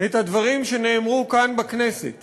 את הדברים שנאמרו כאן בכנסת